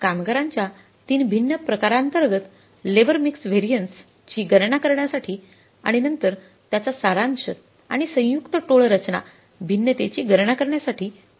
तर कामगारांच्या 3 भिन्न प्रकारांतर्गत लेबर मिक्स व्हॅरियन्स ची गणना करण्यासाठी आणि नंतर त्याचा सारांश आणि संयुक्त टोळ रचना भिन्नतेची गणना करण्यासाठी